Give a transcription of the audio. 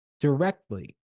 directly